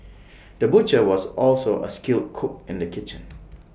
the butcher was also A skilled cook in the kitchen